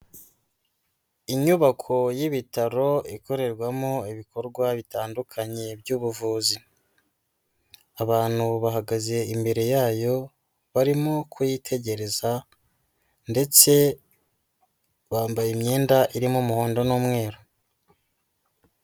Inyubako y'ibitaro, ikorerwamo ibikorwa bitandukanye by'ubuvuzi. Abantu bahaga imbere yayo, barimo kuyitegereza, ndetse bambaye imyenda irimo umuhondo n'umweru.